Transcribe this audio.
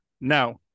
Now